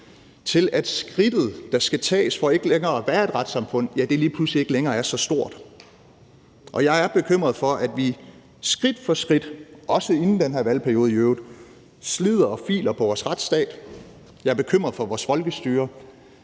til, at skridtet, der skal tages, for ikke længere at være et retssamfund, lige pludselig ikke længere er så stort. Og jeg er bekymret for, at vi skridt for skridt, også inden den her valgperiode i øvrigt, slider og filer på vores retsstat, jeg er bekymret for vores folkestyre,